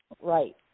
right